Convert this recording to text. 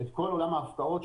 כל עולם ההפקעות.